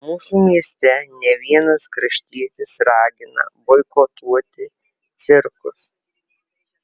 mūsų mieste ne vienas kraštietis ragina boikotuoti cirkus